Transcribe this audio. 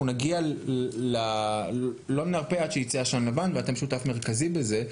לא נרפה עד שיצא עשן לבן ואתם שותף מרכזי בזה.